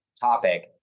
topic